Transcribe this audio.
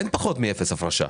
אין פחות מאפס הפרשה.